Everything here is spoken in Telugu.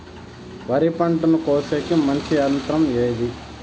వరి పంటను కోసేకి మంచి యంత్రం ఏది?